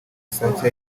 isake